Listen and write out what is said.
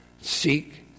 seek